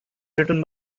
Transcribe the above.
written